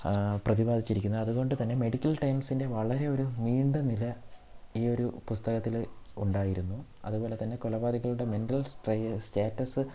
പ്രതിപാദിച്ചിരിക്കുന്നു അതുകൊണ്ട് തന്നെ മെഡിക്കൽ ടേർമ്സിൻ്റെ വളരെ ഒരു നീണ്ട നിര ഈ ഒരു പുസ്തകത്തിൽ ഉണ്ടായിരുന്നു അതുപോലെ തന്നെ കൊലപാതകിയുടെ മെൻ്റൽ സ്ട്രേ സ്റ്റാറ്റസ്